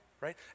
right